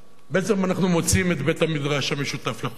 בעצם אנחנו מוצאים את בית-המדרש המשותף לכל אלה.